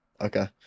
Okay